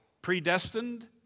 predestined